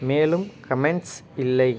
மேலும் கமெண்ட்ஸ் இல்லை